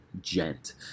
gent